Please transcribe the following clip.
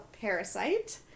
Parasite